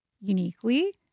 uniquely